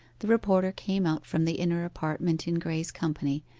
the reporter came out from the inner apartment in graye's company,